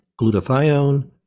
glutathione